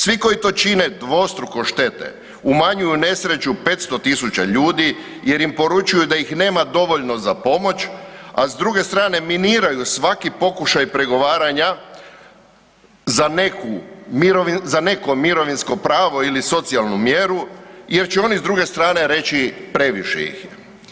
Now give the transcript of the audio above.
Svi koji to čine, dvostruko štete, umanjuju nesreću 500 000 ljudi jer im poručuju da ih nema dovoljno za pomoć a s druge strane, miniraju svaki pokušaj pregovaranja za neko mirovinsko pravo ili socijalnu mjeru jer će oni s druge strane reći previše ih je.